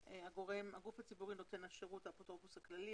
הגוף הציבורי נותן השירות זה האפוטרופוס הכללי.